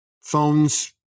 phones